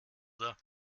oder